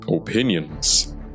opinions